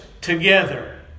together